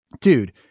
dude